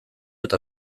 eta